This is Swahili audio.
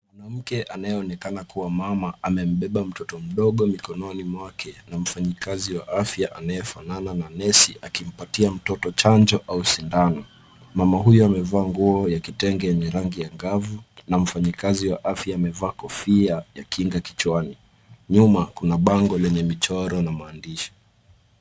Mwanamke anayeonekana kuwa mama amembeba mtoto mdogo mikononi mwake na mfanyakazi wa afya anayefanana na nesi akimpa mtoto chanjo au sindano. Mama huyu amevaa nguo ya kitenge yenye rangi ya ngavu na mfanyakazi wa afya amevaa kofia ya kinga kichwani. Nyuma, kuna bango lenye michoro na maandishi.